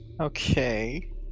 Okay